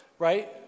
Right